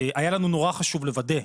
היה לנו נורא חשוב לוודא,